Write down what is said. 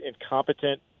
incompetent